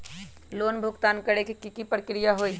Loan भुगतान करे के की की प्रक्रिया होई?